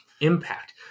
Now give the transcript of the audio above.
impact